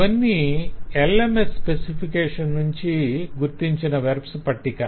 ఇవన్నీ LMS specification నుంచి గుర్తించిన వెర్బ్స్ పట్టిక